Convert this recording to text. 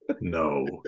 No